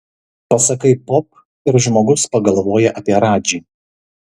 pasakai pop ir žmogus pagalvoja apie radžį